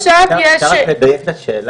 אפשר רק לדייק את השאלה?